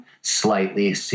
slightly